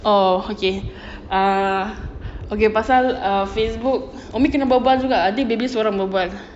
oh okay err okay pasal err facebook umi kena berbual juga nanti baby seorang berbual